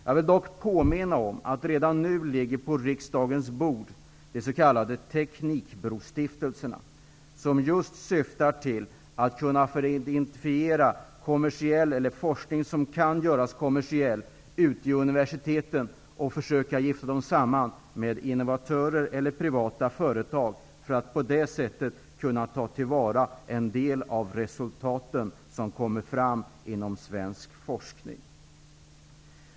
Jag vill dock påminna om de s.k. teknikbrostiftelserna -- redan nu ligger den frågan på riksdagens bord -- som just syftar till att identifiera forskning som kan göras kommersiell ute vid universiteten och till att försöka gifta dem samman med innovatörer eller privata företag för att på det sättet kunna ta till vara en del av de resultat som kommer fram inom svensk forskning.